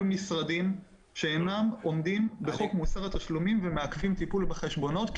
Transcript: המשרדים שאינם עומדים בחוק מוסר התשלומים ומעכבים טיפול בחשבונות,